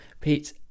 Pete